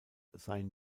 seien